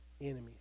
enemies